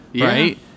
Right